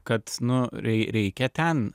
kad nu reikia ten